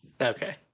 Okay